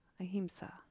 ahimsa